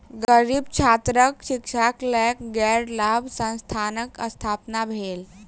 गरीब छात्रक शिक्षाक लेल गैर लाभ संस्थानक स्थापना भेल